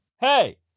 Hey